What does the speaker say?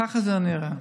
ככה זה נראה.